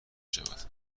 شود